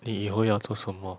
你以后要做什么